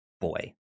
boy